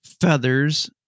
feathers